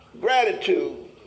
gratitude